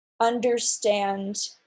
understand